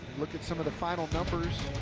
look at sort of the final numbers.